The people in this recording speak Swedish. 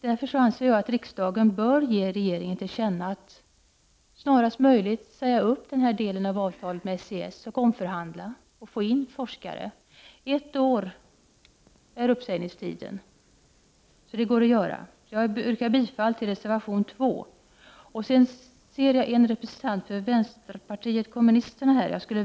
Därför anser jag att riksdagen bör ge regeringen till känna att denna snarast möjligt bör säga upp denna del av avtalet med SIS och få till stånd en omförhandling för att få in forskare. Avtalets uppsägningstid är ett år, så detta bör gå att genomföra. Jag yrkar bifall till reservation 2. Jag ser en representant för vänsterpartiet kommunisterna här i kammaren.